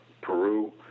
Peru